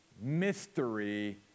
mystery